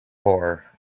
for